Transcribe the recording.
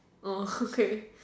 orh okay